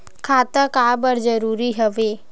खाता का बर जरूरी हवे?